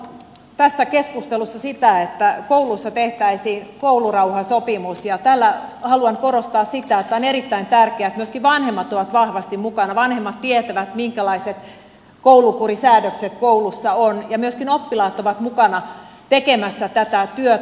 olen ehdottanut tässä keskustelussa sitä että kouluissa tehtäisiin koulurauhasopimus ja tällä haluan korostaa sitä että on erittäin tärkeää että myöskin vanhemmat ovat vahvasti mukana vanhemmat tietävät minkälaiset koulukurisäädökset kouluissa on ja myöskin oppilaat ovat mukana tekemässä tätä työtä